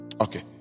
Okay